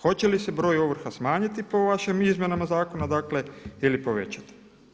Hoće li se broj ovrha smanjiti po vašim izmjenama zakona ili povećati?